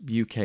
UK